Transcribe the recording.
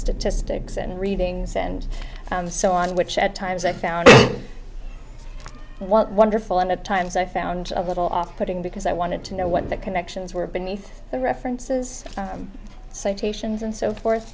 statistics and readings and so on which at times i found wonderful and at times i found a little off putting because i wanted to know what the connections were beneath the references citations and so forth